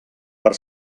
per